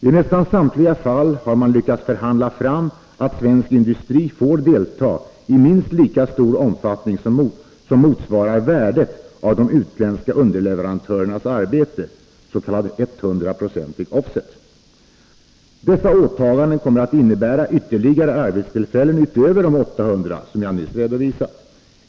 I nästan samtliga fall har man lyckats förhandla fram att svensk industri får delta i minst lika stor omfattning som motsvarar värdet av de utländska underleverantörernas arbete . Dessa åtaganden kommer att innebära ytterligare arbetstillfällen utöver de 800 som jag nyss redovisat.